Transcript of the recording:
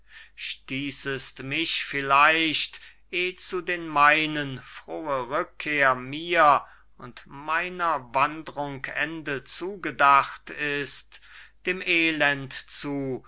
stießest mich vielleicht eh zu den meinen frohe rückkehr mir und meiner wandrung ende zugedacht ist dem elend zu